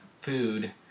food